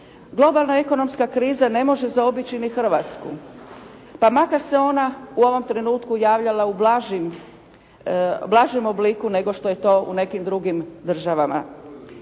Globalna ekonomska kriza ne može zaobići ni Hrvatsku pa makar se ona u ovom trenutku javljala u blažem obliku nego što je to u nekim drugim državama.